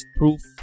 proof